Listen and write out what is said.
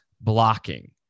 blocking